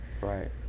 Right